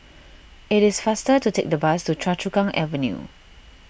it is faster to take the bus to Choa Chu Kang Avenue